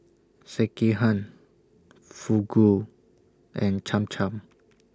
Sekihan Fugu and Cham Cham